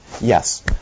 Yes